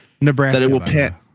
Nebraska